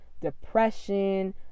depression